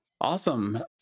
Awesome